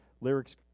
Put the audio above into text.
Lyrics